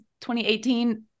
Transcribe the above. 2018